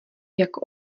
jako